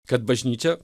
kad bažnyčia